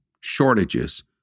shortages